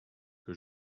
que